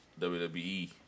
WWE